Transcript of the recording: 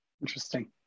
Interesting